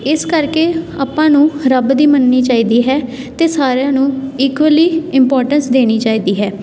ਇਸ ਕਰਕੇ ਆਪਾਂ ਨੂੰ ਰੱਬ ਦੀ ਮੰਨਣੀ ਚਾਹੀਦੀ ਹੈ ਅਤੇ ਸਾਰਿਆਂ ਨੂੰ ਇਕੁਅਲੀ ਇਮਪੋਰਟੈਂਸ ਦੇਣੀ ਚਾਹੀਦੀ ਹੈ